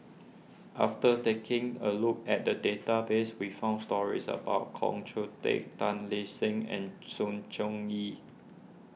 after taking a look at the database we found stories about Koh Hoon Teck Tan Lip Seng and Sng Choon Yee